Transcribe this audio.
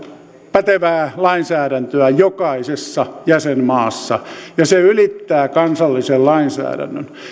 pätevää lainsäädäntöä jokaisessa jäsenmaassa ja se ylittää kansallisen lainsäädännön